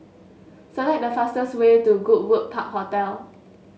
select the fastest way to Goodwood Park Hotel